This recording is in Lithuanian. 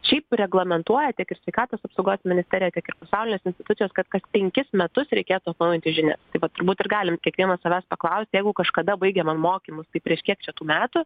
šiaip reglamentuoja tiek ir sveikatos apsaugos ministerija tiek ir pasaulinės institucijos kad kas penkis metus reikėtų atnaujinti žinias tai va turbūt ir galim kiekvienas savęs paklaust jeigu kažkada baigėme mokymus tai prieš kiek čia tų metų